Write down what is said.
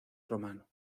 romano